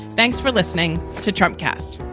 thanks for listening to trump cast